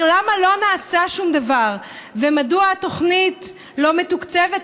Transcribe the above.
למה לא נעשה שום דבר ומדוע התוכנית לא מתוקצבת,